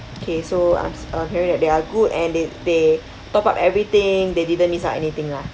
okay so um uh hearing that they are good and they they top up everything they didn't miss out anything lah